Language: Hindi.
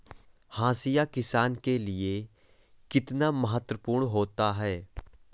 हाशिया किसान के लिए कितना महत्वपूर्ण होता है?